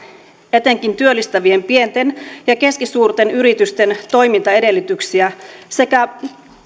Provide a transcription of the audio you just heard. etenkin työllistävien pienten ja keskisuurten yritysten toimintaedellytyksiä sekä